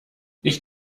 ich